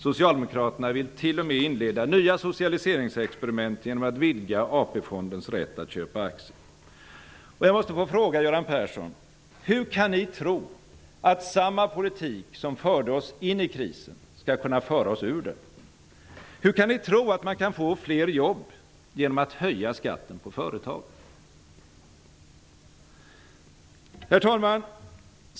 Socialdemokraterna vill t.o.m. inleda nya socialiseringsexperiment genom att vidga AP Jag måste få fråga Göran Persson: Hur kan ni tro att samma politik som förde oss in i krisen skall kunna föra oss ur den? Hur kan ni tro att man kan få fler jobb genom att höja skatten på företag? Herr talman!